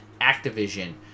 Activision